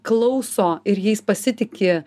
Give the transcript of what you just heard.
klauso ir jais pasitiki